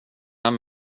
här